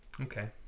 Okay